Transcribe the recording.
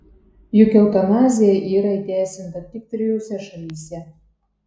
juk eutanazija yra įteisinta tik trijose šalyse